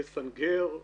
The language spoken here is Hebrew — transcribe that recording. לסנגר,